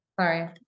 Sorry